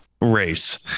race